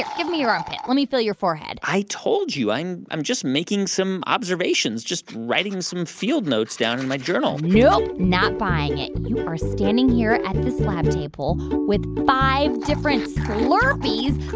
give me your armpit. let me feel your forehead i told you i'm i'm just making some observations, just writing some field notes down in my journal nope, not buying it. you are standing here at this lab table with five different slurpees,